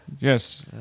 Yes